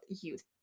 youth